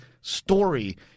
story